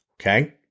okay